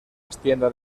extienda